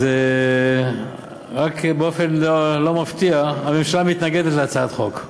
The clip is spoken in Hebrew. אז רק באופן לא מפתיע, הממשלה מתנגדת להצעת חוק.